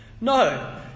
No